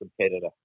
competitor